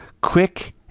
Quick